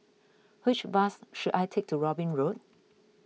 which bus should I take to Robin Road